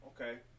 Okay